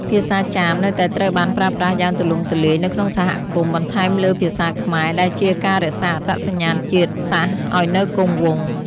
ភាសាចាមនៅតែត្រូវបានប្រើប្រាស់យ៉ាងទូលំទូលាយនៅក្នុងសហគមន៍ បន្ថែមលើភាសាខ្មែរ ដែលជាការរក្សាអត្តសញ្ញាណជាតិសាសន៍ឱ្យនៅគង់វង្ស។